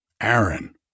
Aaron